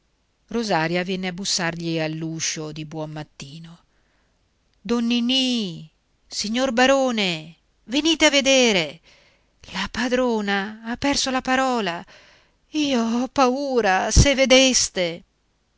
rosaria venne a bussargli all'uscio di buon mattino don ninì signor barone venite a vedere la padrona ha perso la parola io ho paura se vedeste